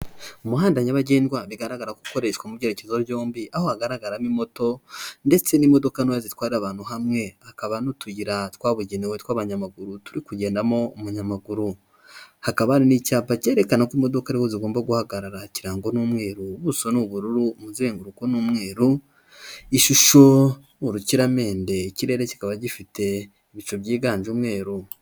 Umuhanda nyabagendwa bigaragara ko ukoreshwa mu byerekezo byombi aho hagaragaramo moto ndetse n'imodokato zitwara abantu hamwe hakaba n'utuyira twabugenewe tw'abanyamaguru turi kugendamo umunyamaguru hakaba n'icyapa cyerekana ko imodoka ariho zigomba guhagarara ikirangwa n'umweru ubuso n,ubururu umuzenguruko n'umweru ishusho urukiramende ikirere kikaba gifite ibicu byiganjemo umweru.